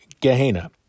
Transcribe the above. Gehenna